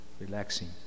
relaxing